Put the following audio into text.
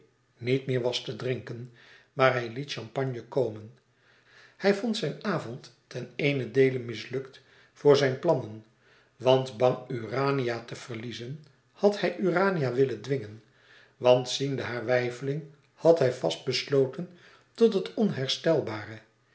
niet meer was te drinken maar hij liet champagne komen hij vond zijn avond ten eenen deele mislukt voor zijne plannen want bang urania te verliezen had hij urania willen dwingen want ziende hare weifeling had hij vast besloten tot het onherstelbare